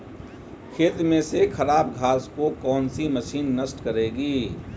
खेत में से खराब घास को कौन सी मशीन नष्ट करेगी?